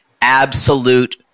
absolute